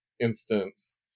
instance